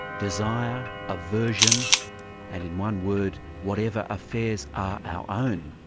desire, aversion and in one word, whatever affairs are our own.